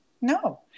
No